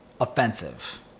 offensive